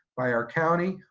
by our county,